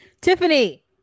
Tiffany